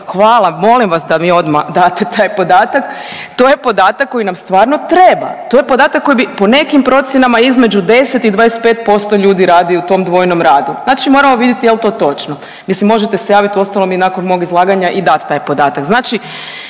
Hvala. Molim vas da mi odma date taj podatak. To je podatak koji nam stvarno treba, to je podatak koji bi po nekim procjenama između 10 i 25% ljudi radi u tom dvojnom radu, znači moramo vidjet jel to točno. Mislim možete se javit uostalom i nakon mog izlaganja idat taj podatak.